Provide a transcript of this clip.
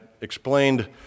explained